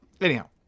Anyhow